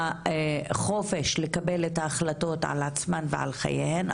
והחופש לקבל את ההחלטות על עצמן ועל חייהן,